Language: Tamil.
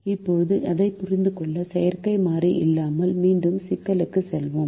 இப்போது அதைப் புரிந்து கொள்ள செயற்கை மாறி இல்லாமல் மீண்டும் சிக்கலுக்குச் செல்வோம்